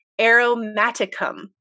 aromaticum